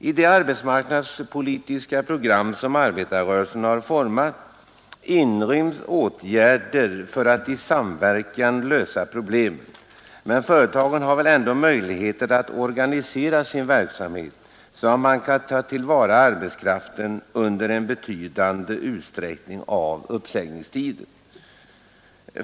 I det arbetsmarknadspolitiska program som arbetarrörelsen har format inryms åtgärder för att i samverkan lösa problemen. Men företagen har väl ändå möjlighet att organisera sin verksamhet så att man kan ta till vara arbetskraften i betydande utsträckning av uppsägningstiden.